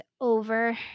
over